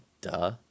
duh